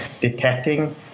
detecting